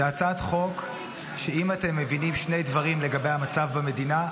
זו הצעת חוק שאם אתם מבינים שני דברים לגבי המצב במדינה,